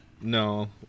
No